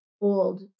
old